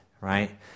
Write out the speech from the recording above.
right